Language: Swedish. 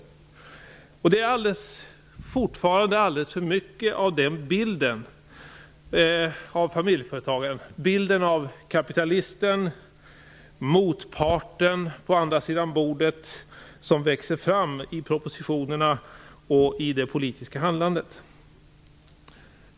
Det är fortfarande alldeles för mycket av bilden av familjeföretagaren - bilden av kapitalisten, motparten på andra sidan bordet - som växer fram i propositionerna och i det politiska handlandet.